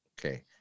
Okay